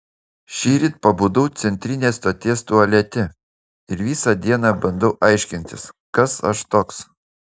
šįryt pabudau centrinės stoties tualete ir visą dieną bandau aiškintis kas aš toks